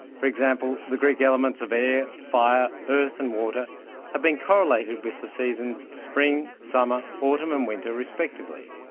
for example, the greek elements of air, fire, earth and water have been correlated with the seasons spring, summer, autumn and winter respectively.